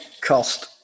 cost